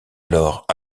alors